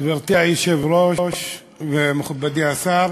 גברתי היושבת-ראש, מכובדי השר,